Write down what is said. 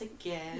again